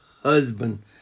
husband